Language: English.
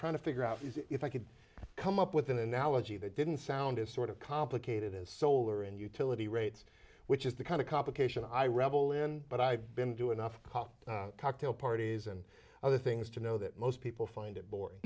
trying to figure out if i could come up with an analogy that didn't sound as sort of complicated as solar and utility rates which is the kind of complication i revel in but i've been doing enough cocktail parties and other things to know that most people find it boring